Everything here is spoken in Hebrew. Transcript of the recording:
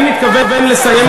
אני מתכוון לסיים את נאומי,